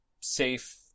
safe